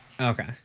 Okay